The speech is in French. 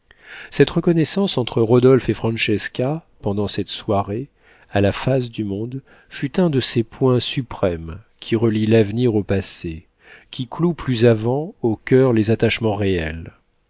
cette reconnaissance entre rodolphe et francesca pendant cette soirée à la face du monde fut un de ces points suprêmes qui relient l'avenir au passé qui clouent plus avant au coeur les attachements réels